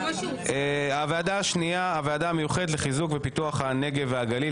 הוועדה המיוחדת לחיזוק ופיתוח הנגב והגליל,